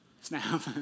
Snap